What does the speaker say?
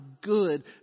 good